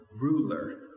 ruler